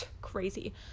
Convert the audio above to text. crazy